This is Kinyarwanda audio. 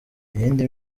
iyindi